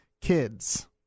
kids